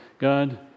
God